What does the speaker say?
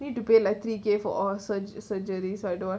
need to pay three K for all sur~ surgeries I don't want